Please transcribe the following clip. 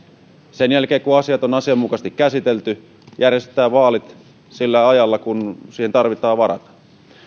sen jälkeen kun asiat on asianmukaisesti käsitelty järjestetään vaalit sillä ajalla kuin siihen tarvitsee varata